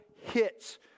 hits